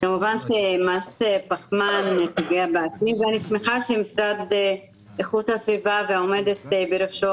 כמובן שפחמן פוגע באקלים ואני שמחה שהמשרד לאיכות הסביבה והעומדת בראשו,